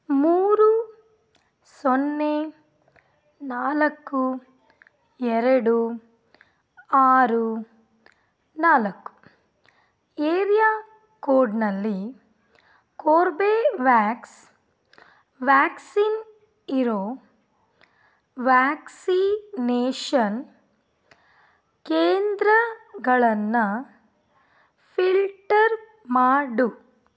ಮೂರು ಸೊನ್ನೆ ನಾಲ್ಕು ಎರಡು ಆರು ನಾಲ್ಕು ಏರಿಯಾ ಕೋಡಿನಲ್ಲಿ ಕೋರ್ಬೇ ವ್ಯಾಕ್ಸ್ ವ್ಯಾಕ್ಸಿನ್ ಇರೋ ವ್ಯಾಕ್ಸಿನೇಷನ್ ಕೇಂದ್ರಗಳನ್ನು ಫಿಲ್ಟರ್ ಮಾಡು